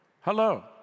Hello